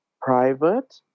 private